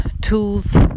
tools